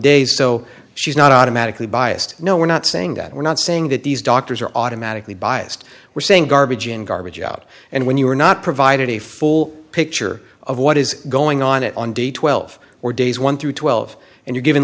days so she's not automatically biased no we're not saying that we're not saying that these doctors are automatically biased we're saying garbage in garbage out and when you are not provided a full picture of what is going on and on day twelve or days one through twelve and you're given